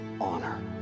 honor